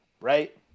right